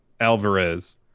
Alvarez